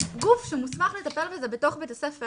גוף שמוסמך לטפל בזה בתוך בית הספר,